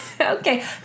okay